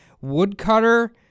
woodcutter